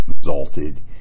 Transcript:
exalted